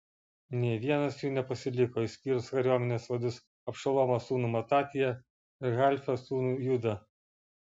nė vienas jų nepasiliko išskyrus kariuomenės vadus abšalomo sūnų matatiją ir halfio sūnų judą